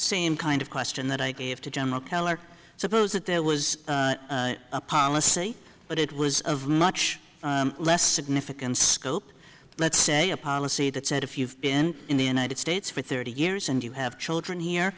same kind of question that i gave to general keller suppose that there was a policy but it was of much less significance scope let's say a policy that said if you've been in the united states for thirty years and you have children here